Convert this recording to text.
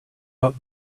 out